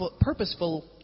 purposeful